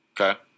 Okay